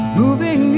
moving